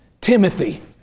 Timothy